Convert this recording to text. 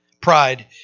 Pride